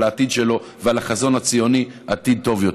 העתיד שלו ועל החזון הציוני עתיד טוב יותר.